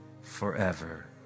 forever